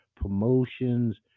promotions